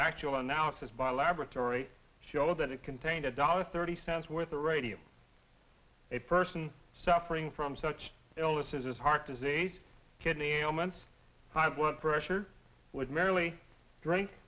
actual analysis by a laboratory show that it contained a dollar thirty cents worth of radium a person suffering from such illnesses as heart disease kidney ailments high blood pressure would merrily drink